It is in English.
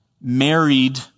married